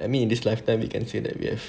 I mean in this lifetime you can say that we have